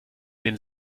den